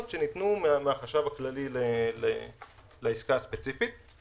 שניתנו מהחשב הכללי לעסקה הספציפית.